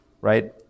right